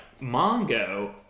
Mongo